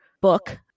book